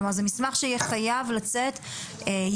כלומר זה מסמך שיהיה חייב לצאת ביולי,